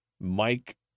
Mike